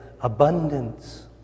abundance